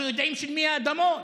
אנחנו יודעים של מי האדמות,